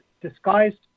disguised